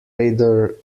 radar